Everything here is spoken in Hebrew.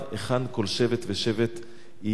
היכן כל שבט ושבט ינחל,